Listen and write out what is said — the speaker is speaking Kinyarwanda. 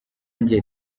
njye